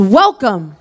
welcome